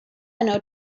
enw